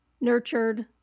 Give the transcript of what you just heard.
nurtured